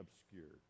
obscured